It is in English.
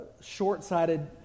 short-sighted